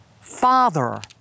Father